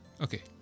okay